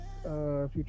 future